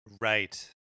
Right